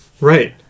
Right